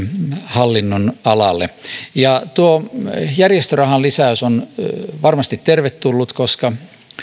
hallinnonalalle tuo järjestörahan lisäys on varmasti tervetullut koska